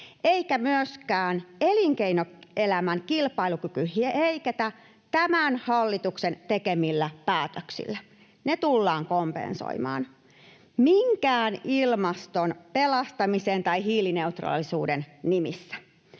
eikä myöskään elinkeinoelämän kilpailukyky heiketä tämän hallituksen tekemillä päätöksillä — ne tullaan kompensoimaan — minkään ilmaston pelastamisen tai hiilineutraalisuuden nimissä.